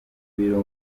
ibiro